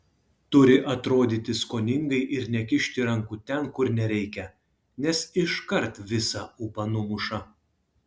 turi atrodyti skoningai ir nekišti rankų ten kur nereikia nes iškart visą ūpą numuša